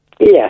Yes